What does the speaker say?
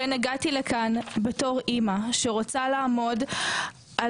הגעתי לכאן בתור אימא שרוצה לעמוד על